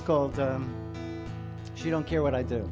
it's called she don't care what i do